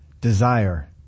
Desire